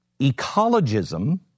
ecologism